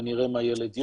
ונראה מה יילד יום.